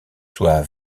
soient